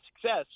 success